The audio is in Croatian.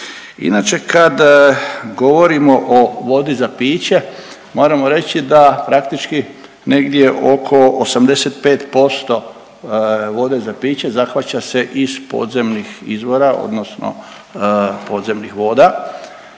Inače kad govorimo o vodi za piće moramo reći da praktički negdje oko 85% vode za piće zahvaća se iz podzemnih izvora odnosno podzemnih voda,